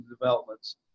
developments